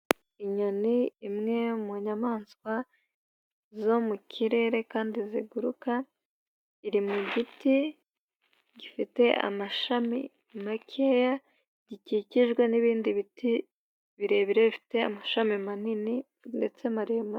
Inyoni imwe mu nyamaswa zo mu kirere kandi ziguruka, iri mu giti gifite amashami makeya gikikijwe n'ibindi biti birebire bifite amashami manini ndetse maremare.